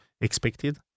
expected